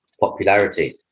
popularity